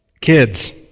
kids